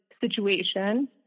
situation